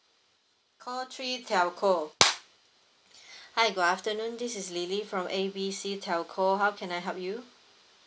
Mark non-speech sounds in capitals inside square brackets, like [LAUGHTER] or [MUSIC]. call three telco [BREATH] hi good afternoon this is lily from A B C telco how can I help you